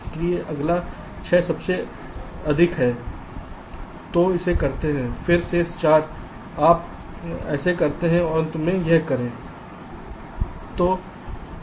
इसलिए अगला 6 सबसे अधिक है तो इसे करते हैं फिर शेष 4 आप इसे करते हैं अंत में यह करें